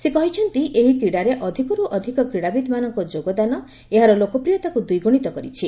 ସେ କହିଛନ୍ତି ଏହି କ୍ରିଡ଼ାରେ ଅଧିକର୍ ଅଧିକ କ୍ରିଡ଼ାବିତ୍ମାନଙ୍କ ଯୋଗଦାନ ଏହାର ଲୋକପ୍ରିୟତାକୁ ଦ୍ୱିଗୁଣିତ କରିଛି